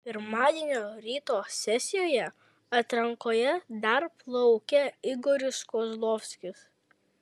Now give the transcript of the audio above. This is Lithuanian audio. pirmadienio ryto sesijoje atrankoje dar plaukė igoris kozlovskis